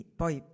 poi